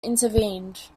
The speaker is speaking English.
intervened